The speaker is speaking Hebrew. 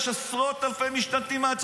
זה נתונים.